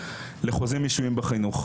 לחוזים אישיים בחינוך.